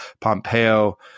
Pompeo